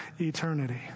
eternity